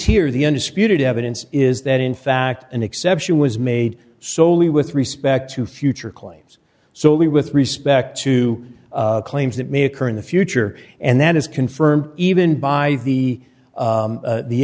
here the undisputed evidence is that in fact an exception was made solely with respect to future claims so we with respect to claims that may occur in the future and that is confirmed even by the